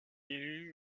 élu